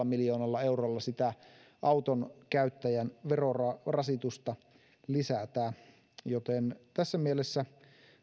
miljoonalla eurolla sitä autonkäyttäjän verorasitusta lisätä joten tässä mielessä